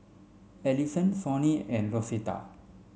Ellison Sonny and Rosetta